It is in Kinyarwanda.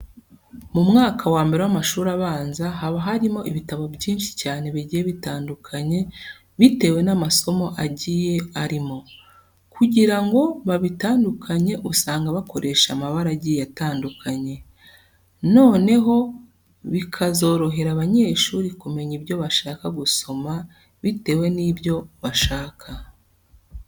Mu mwaka wa mbere w'amashuri abanza haba harimo ibitabo byinshi cyane bigiye bitandukanye bitewe n'amasomo agiye arimo. Kugira ngo babitandukanye usanga bakoresha amabara agiye atandukanye, noneho bikazorohera abanyeshuri kumenya ibyo bashaka gusoma bitewe n'ibyo bashaka.